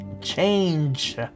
Change